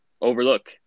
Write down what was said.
overlook